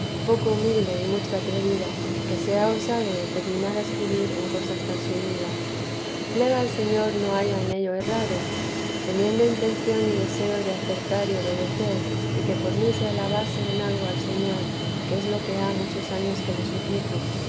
poco humilde y mucho atrevida que se ha osado determinar a escribir en cosas tan subidas plega al señor no haya en ello errado teniendo intención y deseo de acertar y de obedecer y que por mi se alabase en algo al señor que es lo que ha muchos años que le suplico